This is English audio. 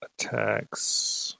attacks